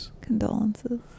Condolences